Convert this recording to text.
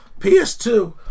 PS2